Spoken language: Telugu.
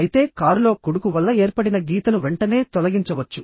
అయితే కారులో కొడుకు వల్ల ఏర్పడిన గీతను వెంటనే తొలగించవచ్చు